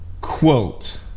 quote